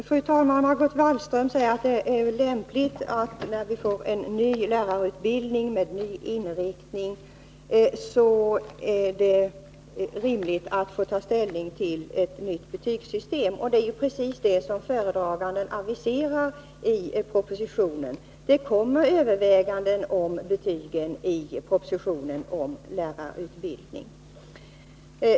Fru talman! Margot Wallström säger att det är lämpligt att vi, i samband med att det kommer en ny lärarutbildning med annan inriktning, får ta ställning till ett nytt betygsystem. Det är precis vad föredraganden aviserar i propositionen. I propositionen görs överväganden om betygsystemet vid lärarutbildningen.